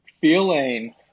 feeling